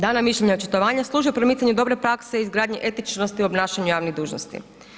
Dana mišljenja i očitovanja služe promicanju dobre prakse, izgradnji etičnosti obnašanja javnih dužnosti.